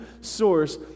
source